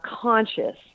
conscious